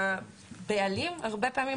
הבעלים הרבה פעמים,